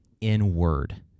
inward